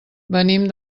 venim